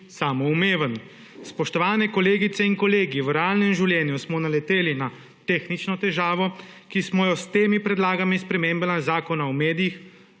samoumeven. Spoštovane kolegice in kolegi! V realnem življenju smo naleteli na tehnično težavo, ki jo s temi predlaganimi spremembami Zakona o medijih